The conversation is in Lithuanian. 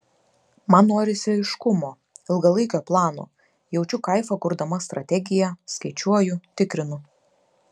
man norisi aiškumo ilgalaikio plano jaučiu kaifą kurdama strategiją skaičiuoju tikrinu